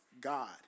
God